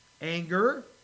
anger